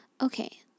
Okay